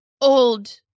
Old